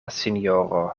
sinjoro